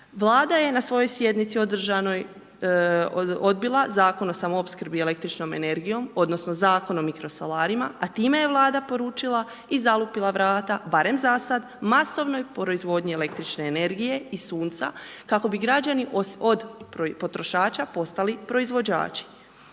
Vlada je na svojoj sjednici održanoj odbila Zakon o samoopskrbi električnom energijom odnosno Zakon o mikrosolarima, a time je Vlada poručila i zalupila vrata barem zasad, masovnoj proizvodnji električne energije i sunca kako bi građani od potrošača postali proizvođači.